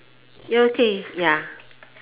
ya okay ya